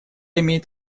имеет